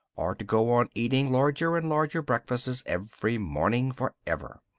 or to go on eating larger and larger breakfasts every morning for ever.